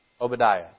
Obadiah